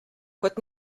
kot